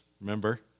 remember